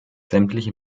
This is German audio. sämtliche